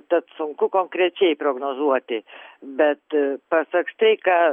tad sunku konkrečiai prognozuoti bet pasak streiką